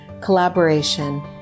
collaboration